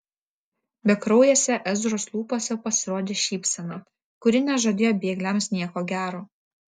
bekraujėse ezros lūpose pasirodė šypsena kuri nežadėjo bėgliams nieko gero